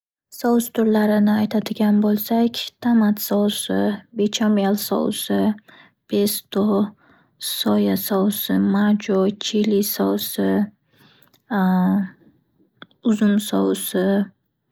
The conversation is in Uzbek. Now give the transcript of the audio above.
Sous turlarini aytadigan bo'lsak: tomat sousi, bechamel sousi, besto, soya sousi, majo, chili sousi, uzum sousi.